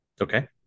Okay